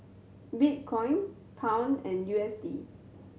Bitcoin Pound and U S D